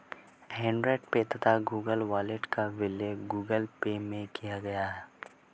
Android Pay तथा Google Wallet का विलय गूगल पे में किया गया